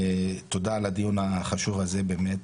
תודה על הדיון החשוב הזה באמת.